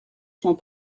sont